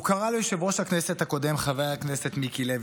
הוא קרא ליושב-ראש הכנסת הקודם חבר הכנסת מיקי לוי